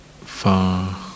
far